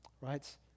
Right